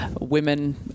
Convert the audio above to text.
Women